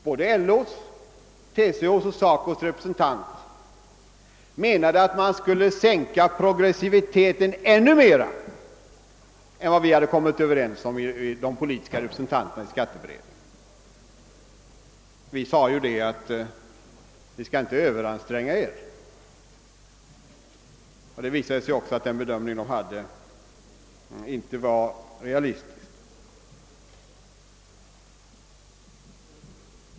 Såväl LO:s, TCO:s som SACO:s representanter menade, att man borde sänka progressiviteten ännu mera än de politiska representanterna i skatteberedningen kommit överens om. Vi framhöll att de inte skulle överanstränga sig, och det visade sig ju också att deras bedömning inte var realistisk.